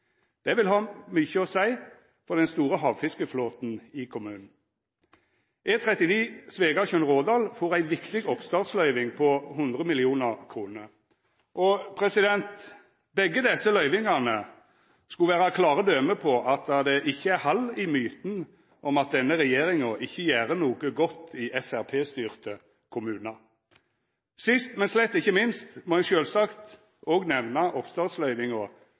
Det vil ha mykje å seia for den store havfiskeflåten i kommunen. E39 Svegatjørn–Rådal får ei viktig oppstartsløyving på 100 mill. kr. Begge desse løyvingane skulla vera klare døme på at det ikkje er hald i myten om at denne regjeringa ikkje gjer noko godt i Framstegsparti-styrte kommunar. Sist, men slett ikkje minst, må eg sjølvsagt òg nemna